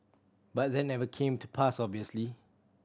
but that never came to pass obviously